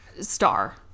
star